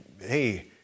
hey